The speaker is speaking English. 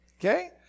okay